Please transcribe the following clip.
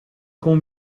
con